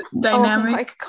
dynamic